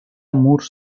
murs